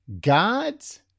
God's